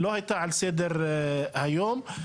לא עלתה לסדר היום.